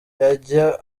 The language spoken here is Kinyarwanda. yajya